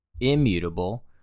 Immutable